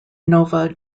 nova